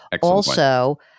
Also-